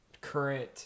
current